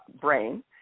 Brain